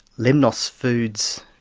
lemnos foods,